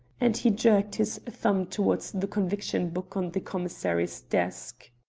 and he jerked his thumb towards the conviction book on the commissary's desk.